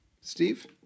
Steve